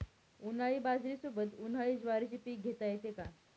उन्हाळी बाजरीसोबत, उन्हाळी ज्वारीचे पीक घेता येते का?